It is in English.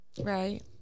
Right